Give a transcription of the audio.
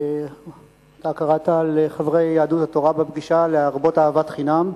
אתה קראת לחברי יהדות התורה בפגישה להרבות אהבת חינם.